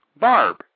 Barb